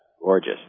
gorgeous